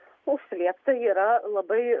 užslėpta yra labai